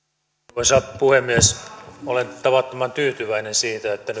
arvoisa puhemies olen tavattoman tyytyväinen siitä että